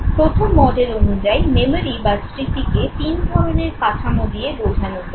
প্রথম মডেল অনুযায়ী মেমোরি বা স্মৃতিকে তিন ধরণের কাঠামো দিয়ে বোঝানো যায়